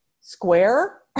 square